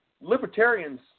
libertarians